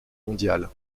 mondiales